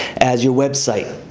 as your website,